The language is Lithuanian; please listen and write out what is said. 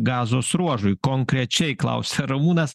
gazos ruožui konkrečiai klausia ramūnas